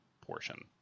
portion